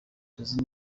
tuzi